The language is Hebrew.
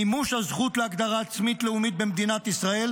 מימוש הזכות להגדרה עצמית לאומית במדינת ישראל